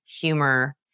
humor